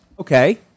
Okay